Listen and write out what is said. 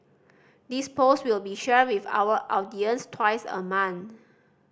this post will be shared with our audience twice a month